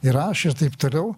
įrašė ir taip toliau